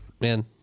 Man